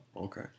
Okay